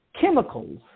chemicals